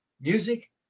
music